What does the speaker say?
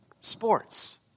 sports